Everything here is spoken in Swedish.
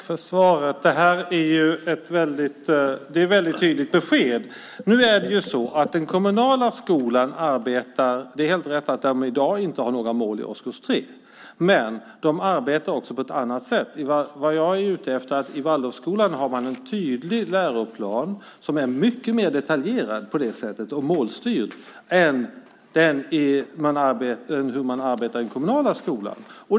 Fru talman! Tack för det svaret. Det är ett väldigt tydligt besked. Nu är det så att den kommunala skolan arbetar - det är helt rätt att vi i dag inte har några mål för årskurs 3 - på ett annat sätt. Vad jag är ute efter är att i Waldorfskolan har man en tydlig läroplan som är mycket mer detaljerad och målstyrd än den i den kommunala skolan.